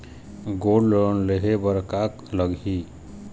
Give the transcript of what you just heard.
Gold loan लेहे बर का लगही?